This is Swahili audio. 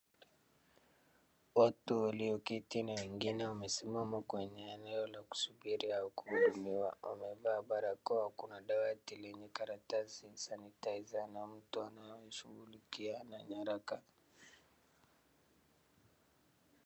Watu walioketi na wengine wamesimama kwenye eneo la kusubiria kuhudumiwa wamevaa barakoa , kuna dawa ya green , karatasi, sanitizer na mtu anayewashughulikia na nyaraka.